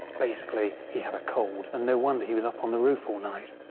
basically he had a cold and, no wonder he was up on the roof all night.